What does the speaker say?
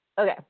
Okay